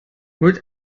mit